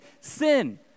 sin